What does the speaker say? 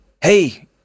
hey